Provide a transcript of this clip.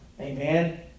Amen